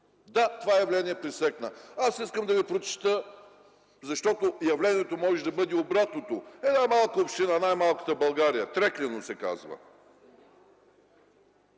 това явление пресекна. Искам да ви прочета, защото явлението може да бъде обратното. Една малка община, най-малката в България – Треклино се казва...